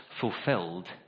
fulfilled